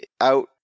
out